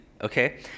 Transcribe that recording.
Okay